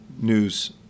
news